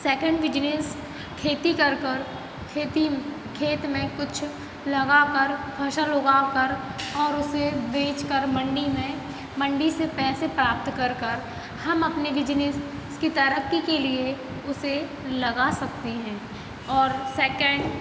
second business खेती कर कर खेती खेत में कुछ लगाकर फसल उगाकर और उसे बेचकर मंडी में मंडी से पैसे प्राप्त कर कर हम अपने बिजनेस की तरक्की के लिए उसे लगा सकते हैं और सेकेंड